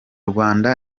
rwanda